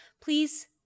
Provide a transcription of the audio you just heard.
Please